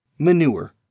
Manure